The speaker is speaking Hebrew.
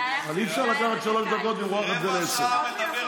אי-אפשר לקחת שלוש דקות ולמרוח את זה לעשר דקות.